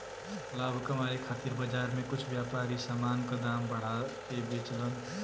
लाभ कमाये खातिर बाजार में कुछ व्यापारी समान क दाम बढ़ा के बेचलन